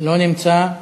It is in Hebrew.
לא נמצא.